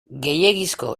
gehiegizko